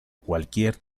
cualquier